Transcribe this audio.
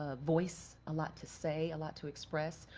ah voice, a lot to say, a lot to express.